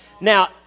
Now